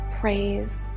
Praise